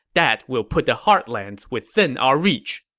that will put the heartlands within our reach.